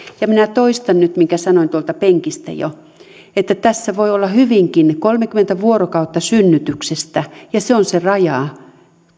ja minä toistan nyt sen minkä sanoin tuolta penkistä jo tässä voi olla hyvinkin kolmekymmentä vuorokautta synnytyksestä ja se on se raja